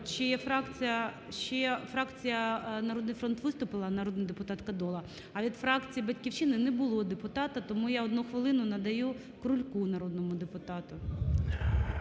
Ще фракція "Народний фронт" виступила, народний депутат Кодола. А від фракції "Батьківщина" не було депутата, тому я одну хвилину надаю Крульку народному депутату.